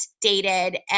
dated